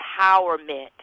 empowerment